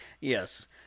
Yes